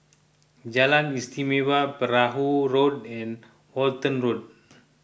Jalan Istimewa Perahu Road and Walton Road